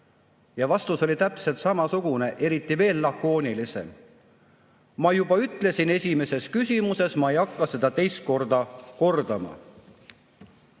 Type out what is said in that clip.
Ja vastus oli täpselt samasugune, õigemini veel lakoonilisem: ma juba ütlesin, [vastates] esimesele küsimusele, ma ei hakka seda teist korda kordama.